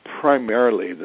primarily